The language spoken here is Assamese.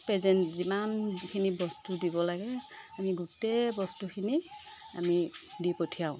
প্ৰেজেণ্ট যিমান যিখিনি বস্তু দিব লাগে আমি গোটেই বস্তুখিনি আমি দি পঠিয়াওঁ